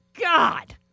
God